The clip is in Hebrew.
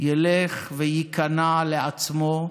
ילך וייכנע לעצמו,